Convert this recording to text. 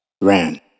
ran